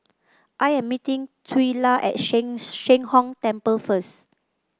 I am meeting Twila at Sheng Sheng Hong Temple first